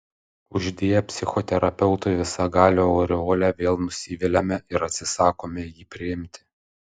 uždėję psichoterapeutui visagalio aureolę vėl nusiviliame ir atsisakome jį priimti